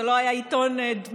זה לא היה עיתון מודפס,